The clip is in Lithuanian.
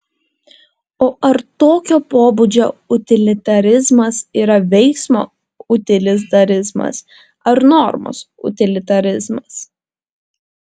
o ar tokio pobūdžio utilitarizmas yra veiksmo utilitarizmas ar normos utilitarizmas